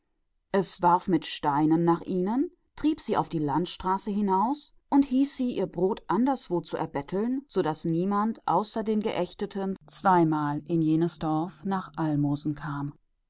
es warf steine nach ihnen und trieb sie hinaus auf die landstraße und hieß sie ihr brot anderswo erbetteln so daß niemand außer den geächteten zweimal in jenes dorf kam